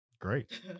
Great